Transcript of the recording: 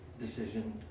decision